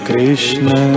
Krishna